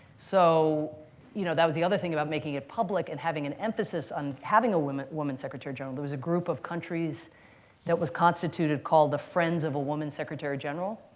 so you know that was the other thing about making it public and having an emphasis on having a woman secretary-general. there was a group of countries that was constituted called the friends of a woman secretary-general,